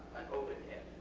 open hip.